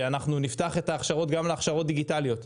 שנפתח את ההכשרות גם להכשרות דיגיטליות,